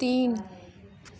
तीन